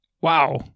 Wow